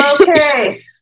okay